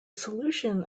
solution